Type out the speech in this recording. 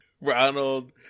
Ronald